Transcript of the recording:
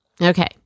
Okay